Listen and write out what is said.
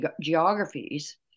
geographies